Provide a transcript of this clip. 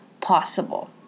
possible